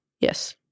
Yes